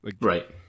Right